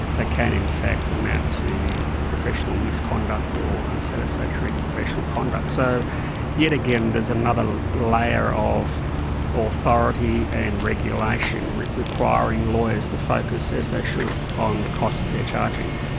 that can in fact amount to professional misconduct or unsatisfactory professional conduct. so yet again, there's another layer of authority and regulation requiring lawyers to focus as they should on the costs that they're charging.